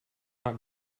not